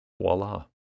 voila